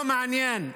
לא מעניין.